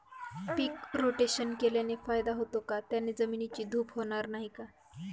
पीक rotation केल्याने फायदा होतो का? त्याने जमिनीची धूप होणार नाही ना?